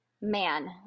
man